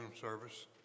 service